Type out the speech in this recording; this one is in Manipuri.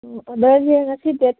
ꯑꯣ ꯑꯣꯔꯗꯔꯁꯦ ꯉꯁꯤ ꯗꯦꯠ